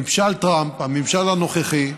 ממשל טראמפ, הממשל הנוכחי,